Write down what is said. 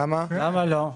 למה לא?